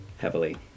Heavily